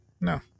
No